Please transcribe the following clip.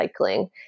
recycling